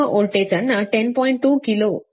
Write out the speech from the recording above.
2 KV ಯಲ್ಲಿ ಸ್ಥಿರವಾಗಿರಿಸಲಾಗುತ್ತದೆ